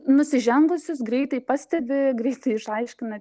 nusižengusius greitai pastebi greitai išaiškina